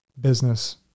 business